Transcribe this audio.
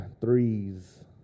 Threes